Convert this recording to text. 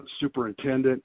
superintendent